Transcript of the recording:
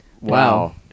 Wow